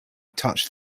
touch